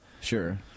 Sure